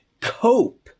cope